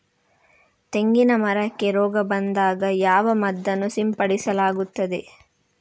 ತೆಂಗಿನ ಮರಕ್ಕೆ ರೋಗ ಬಂದಾಗ ಯಾವ ಮದ್ದನ್ನು ಸಿಂಪಡಿಸಲಾಗುತ್ತದೆ?